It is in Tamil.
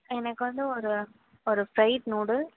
எனக்கு வந்து ஒரு ஒரு ஃப்ரைட் நூடுல்